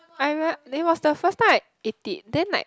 I remem~ it was the first time I eat it then like